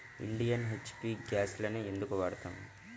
Indian, HP గ్యాస్లనే ఎందుకు వాడతాము?